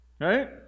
Right